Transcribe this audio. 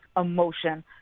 emotion